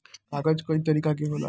कागज कई तरीका के होला